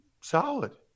solid